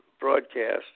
broadcast